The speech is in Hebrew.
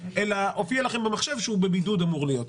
אלא הופיע לכם במחשב שהוא אמור להיות בבידוד.